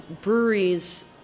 breweries